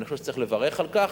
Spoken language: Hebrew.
אני חושב שצריך לברך על כך.